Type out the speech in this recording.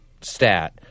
stat